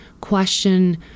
question